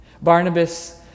Barnabas